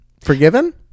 Forgiven